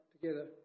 together